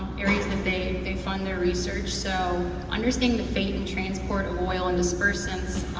areas that they they fund their research. so, understanding the fate and transport of oil and dispersants,